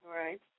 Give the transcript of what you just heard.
Right